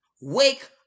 Wake